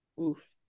Oof